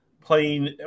playing